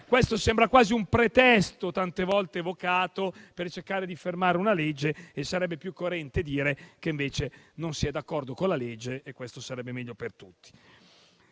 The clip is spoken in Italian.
Questo sembra quasi un pretesto tante volte evocato per cercare di fermare una legge e sarebbe più coerente dire che non si è d'accordo con la legge e questo sarebbe meglio per tutti.